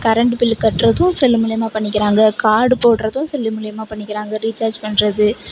current bill கட்டுறதும் cell மூலியமாக பண்ணிக்கிறாங்க கார்டு போடுறதும் செல்லு மூலியமாக பண்ணிக்கிறாங்க ரீசார்ஜ் பண்ணுறது